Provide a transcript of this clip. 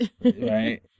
Right